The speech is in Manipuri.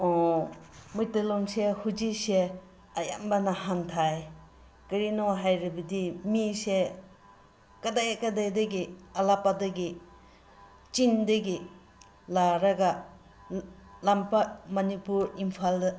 ꯃꯩꯇꯩꯂꯣꯟꯁꯦ ꯍꯧꯖꯤꯛꯁꯦ ꯑꯌꯥꯝꯕꯅ ꯍꯟꯊꯩ ꯀꯔꯤꯅꯣ ꯍꯥꯏꯔꯕꯗꯤ ꯃꯤꯁꯦ ꯀꯗꯥꯏ ꯀꯗꯥꯏꯗꯒꯤ ꯑꯂꯥꯞꯄꯗꯒꯤ ꯆꯤꯡꯗꯒꯤ ꯂꯥꯛꯔꯒ ꯇꯝꯄꯥꯛ ꯃꯅꯤꯄꯨꯔ ꯏꯝꯐꯥꯜꯗ